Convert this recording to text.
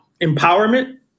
empowerment